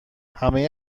همه